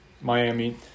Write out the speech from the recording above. Miami